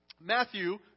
Matthew